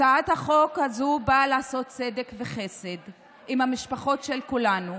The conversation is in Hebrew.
הצעת החוק הזאת באה לעשות צדק וחסד עם המשפחות של כולנו,